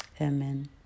Amen